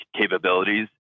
capabilities